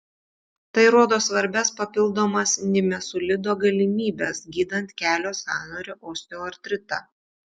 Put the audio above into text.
tai rodo svarbias papildomas nimesulido galimybes gydant kelio sąnario osteoartritą